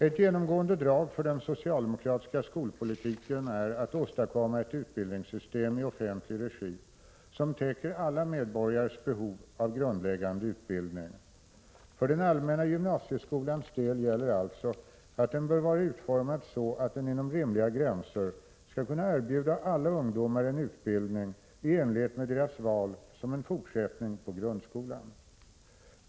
Ett genomgående drag för den socialdemokratiska skolpolitiken är att åstadkomma ett utbildningssystem i offentlig regi som täcker alla medborga 43 res behov av grundläggande utbildning. För den allmänna gymnasieskolans del gäller alltså att den bör vara utformad så, att den inom rimliga gränser skall kunna erbjuda alla ungdomar en utbildning i enlighet med deras val som en fortsättning på grundskolan.